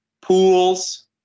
pools